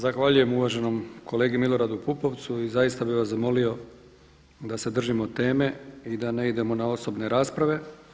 Zahvaljujem uvaženom kolegi Miloradu Pupovcu i zaista bih vas zamolio da se držimo teme i da ne idemo na osobne rasprave.